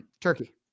Turkey